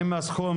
האם הסכום